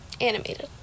Animated